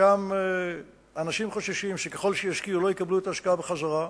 שם אנשים חוששים שככל שישקיעו לא יקבלו את ההשקעה בחזרה,